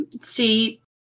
see